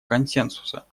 консенсуса